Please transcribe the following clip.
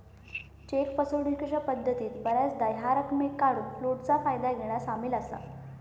check फसवणूकीच्या पद्धतीत बऱ्याचदा ह्या रकमेक काढूक फ्लोटचा फायदा घेना सामील असा